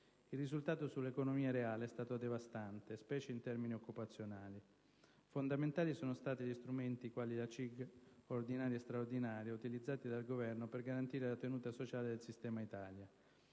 Il risultato sull'economia reale è stato devastante, specie in termini occupazionali. Fondamentali sono stati gli strumenti, quali la CIG ordinaria e straordinaria, utilizzati dal Governo per garantire la tenuta sociale del sistema Italia.